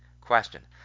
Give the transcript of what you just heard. Question